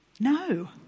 No